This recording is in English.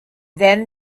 then